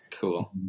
Cool